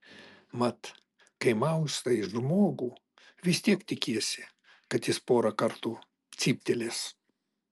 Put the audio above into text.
mat kai maustai žmogų vis tiek tikiesi kad jis porą kartų cyptelės